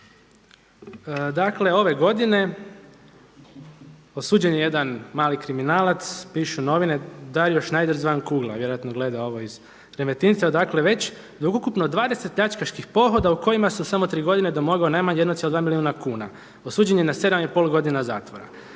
dakle ove godine osuđen je jedan mali kriminalac pišu novine Dario Šnajder zvan Kugla, vjerojatno gleda ovo iz Remetinca, dakle već od ukupno 20 pljačkaških pohoda u kojima se samo u tri godine domogao najmanje 1,2 milijuna kuna. Osuđen je na 7,5 godina zatvora.